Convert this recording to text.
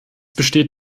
besteht